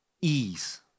ease